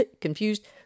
confused